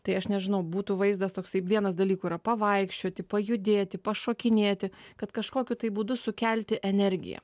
tai aš nežinau būtų vaizdas toksai vienas dalykų yra pavaikščioti pajudėti pašokinėti kad kažkokiu būdu sukelti energiją